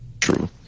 True